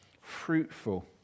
fruitful